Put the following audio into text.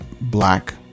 black